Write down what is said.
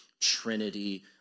Trinity